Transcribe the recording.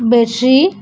ବେଶୀ